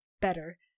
better